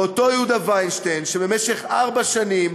ואותו יהודה וינשטיין, במשך ארבע שנים